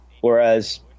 Whereas